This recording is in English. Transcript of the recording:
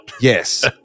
Yes